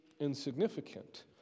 Insignificant